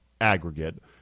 aggregate